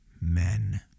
men